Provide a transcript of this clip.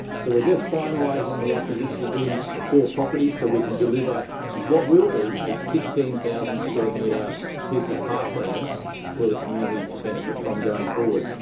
so we're just finalising the acquisition of these four properties so we can deliver what will be a sixteen thousand square metre piece of parkland for the community to benefit from going forward.